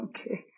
Okay